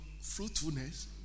fruitfulness